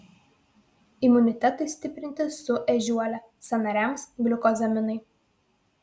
imunitetui stiprinti su ežiuole sąnariams gliukozaminai